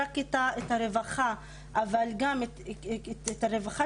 כלכלה וכל התחומים האלה,